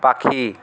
পাখি